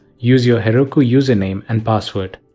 use your heroku user name and password.